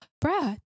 brad